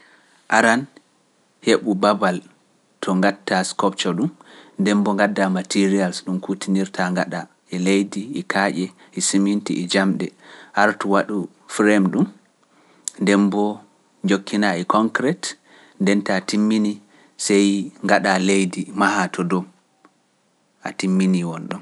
Aran heɓu babal to ngaɗtaa skopje ɗum, ndembo ngaɗdaa materials ɗum kutinirta ngaɗa e leydi e kaaƴe e siminti e jamɗe, artu waɗu frame ɗum, ndembo jokkinaa e concrete, ndenta timmini sey ngaɗa leydi mahaa to dow, a timmini won ɗum.